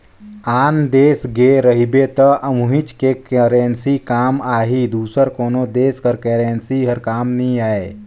आन देस गे रहिबे त उहींच के करेंसी काम आही दूसर कोनो देस कर करेंसी हर काम नी आए